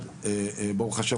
ברוך ה',